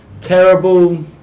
terrible